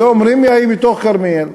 היום ראמיה היא בתוך כרמיאל.